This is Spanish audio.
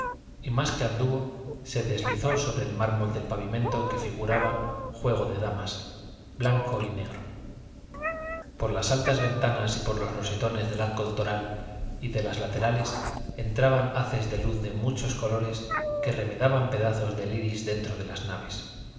y más que anduvo se deslizó sobre el mármol del pavimento que figuraba juego de damas blanco y negro por las altas ventanas y por los rosetones del arco toral y de los laterales entraban haces de luz de muchos colores que remedaban pedazos del iris dentro de las naves